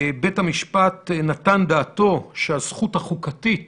בית המשפט נתן דעתו שהזכות החוקתית